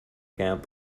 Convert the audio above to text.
camp